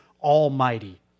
almighty